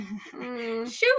Shoot